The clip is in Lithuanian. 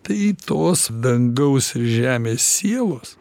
tai tos dangaus ir žemės sielos